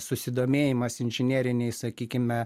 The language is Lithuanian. susidomėjimas inžineriniais sakykime